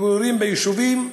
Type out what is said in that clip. שמתגוררים ביישובים,